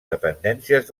dependències